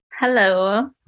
Hello